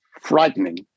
frightening